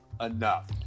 enough